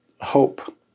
hope